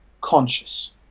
conscious